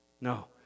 No